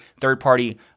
third-party